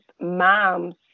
moms